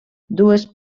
dues